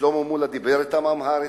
שלמה מולה דיבר אתם אמהרית,